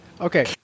Okay